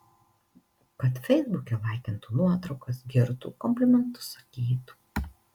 kad feisbuke laikintų nuotraukas girtų komplimentus sakytų